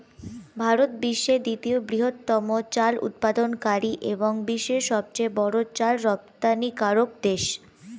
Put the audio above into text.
ভারত বিশ্বের দ্বিতীয় বৃহত্তম চাল উৎপাদনকারী এবং বিশ্বের সবচেয়ে বড় চাল রপ্তানিকারক দেশ